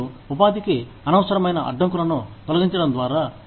మరియు ఉపాధికి అనవసరమైన అడ్డంకులను తొలగించడం ద్వారా